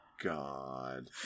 god